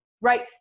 right